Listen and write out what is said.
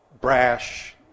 brash